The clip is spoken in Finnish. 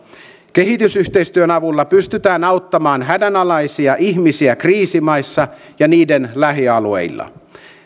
kehitysyhteistyön avulla pystytään auttamaan hädänalaisia ihmisiä kriisimaissa ja niiden lähialueilla